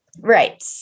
Right